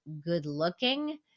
good-looking